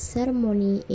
Ceremony